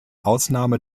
ausnahme